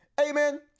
amen